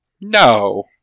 No